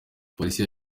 polisi